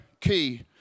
key